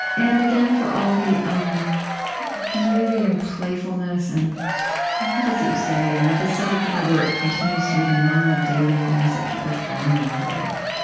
and again, for all the um beauty and playfulness and what is it you say? you know the subject of my work continues to be the normal, daily things that people fall in love with.